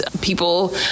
people